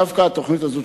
דווקא התוכנית הזאת,